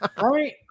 Right